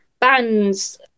bands